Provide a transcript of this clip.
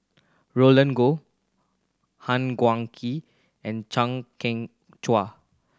Roland Goh Han Guangwei and Chang Kheng Chuan